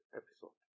episode